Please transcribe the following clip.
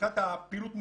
מבחינת הפעילות מולנו,